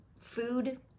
food